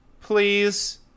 Please